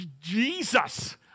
Jesus